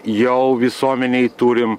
jau visuomenėj turim